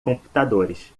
computadores